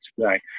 today